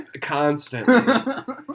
Constantly